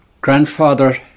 grandfather